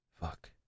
fuck